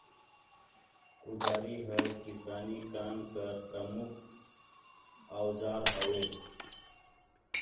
कुदारी हर किसानी काम कर परमुख अउजार हवे